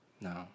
No